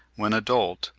when adult,